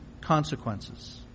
consequences